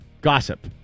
Gossip